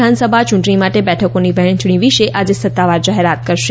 વિધાનસભા યૂંટણી માટે બેઠકોની વહેંચણી વિશે આજે સત્તાવાર જાહેરાત કરશે